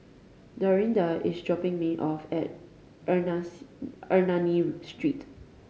Dorinda is dropping me off at Ernani Street